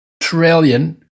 trillion